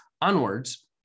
onwards